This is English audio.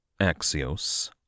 Axios